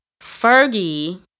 Fergie